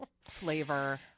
flavor